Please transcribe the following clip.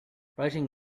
writing